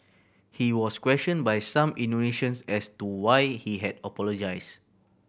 he was questioned by some Indonesians as to why he had apologised